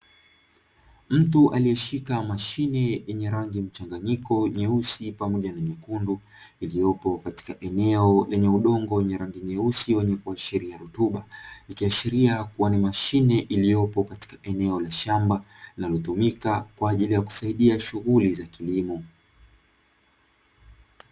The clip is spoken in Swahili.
Mtu alieshika mashine yenye rangi mchanganyiko nyeusi pamoja na nyekundu iliyopo katika eneo lenye udongo wenye rangi nyeusi wenye kuashiria rutuba, ikiashiria kuwa ni mashine iliyopo katika eneo la shamba inayotumika kwajili ya kusaidia shughuli za kilimo.